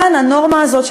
כאן הנורמה הזאת,